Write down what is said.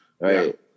Right